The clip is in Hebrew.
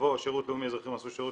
יבוא 'שירות לאומי אזרחי במסלול שירות